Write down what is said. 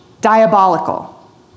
diabolical